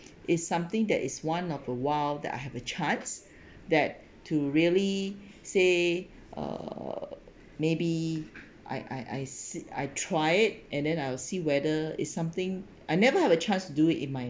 is something that is one of a while that I have a chance that to really say uh maybe I I I se~ I try it and then I will see whether it's something I never have a chance do it in my